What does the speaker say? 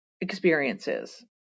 experiences